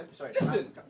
Listen